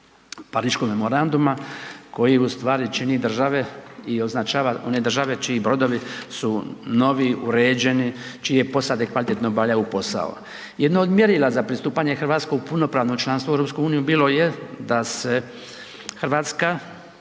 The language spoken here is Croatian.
Pariškog memoranduma koji ustvari čini države i označava one države čiji brodovi su novi, uređeni, čije posade kvalitetno obavljaju posao. Jedno od mjerila za pristupanje Hrvatske u punopravno članstvo u EU bilo je da se Hrvatska